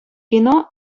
кино